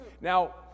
Now